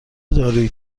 دارویی